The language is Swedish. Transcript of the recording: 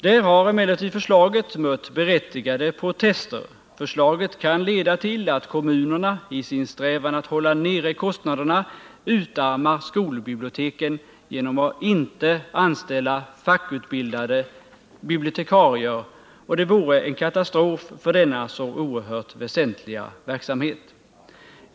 Där har emellertid förslaget mött berättigade protester. Förslaget kan leda till att kommunerna i sin strävan att hålla nere kostnaderna utarmar skolbiblioteken genom att inte anställa fackutbildade bibliotekarier, vilket vore en katastrof för denna så oerhört väsentliga verksamhet.